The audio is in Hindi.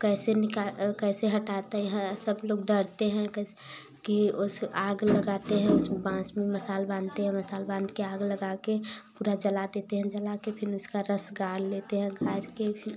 कैसे कैसे हटाते है सब लोग डरते हैं कैसे कि उस आग लगाते हैं उसमें बांस में मसाल बांधते हैं मसाल बांध के आग लगा के पूरा जला देते हैं जला के फिर उसका रस गार लेते हैं गार के फिर